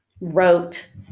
wrote